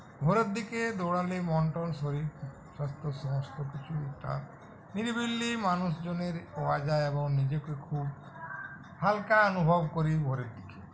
ভোরের দিকে দৌড়ালে মন টন শরীর স্বাস্থ্য সমস্ত কিছুটা নিরিবিলি মানুষজন পাওয়া যায় এবং নিজেকে খুব হালকা অনুভব করি ভোরের দিকে